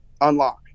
unlock